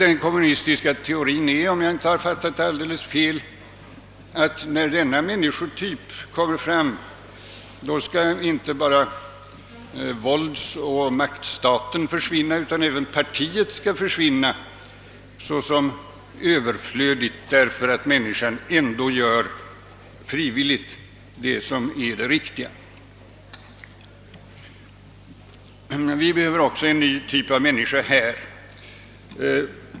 Den kommunistiska teorin är, om jag inte fattat saken alldeles fel, att när denna människotyp kommer fram, så skall inte bara våldsoch maktstaten försvinna utan även partiet; allt detta blir överflödigt därför att människan ändå frivilligt gör det rätta. Vi behöver också en ny typ av människa här.